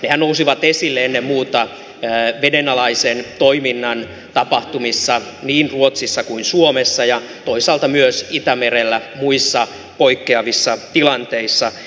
nehän nousivat esille ennen muuta vedenalaisen toiminnan tapahtumissa niin ruotsissa kuin suomessa ja toisaalta myös itämerellä muissa poikkeavissa tilanteissa